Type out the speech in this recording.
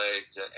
legs